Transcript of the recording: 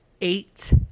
eight